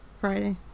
Friday